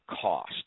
cost